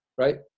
Right